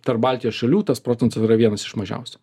tarp baltijos šalių tas procentas yra vienas iš mažiausių